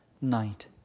night